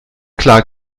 klar